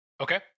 Okay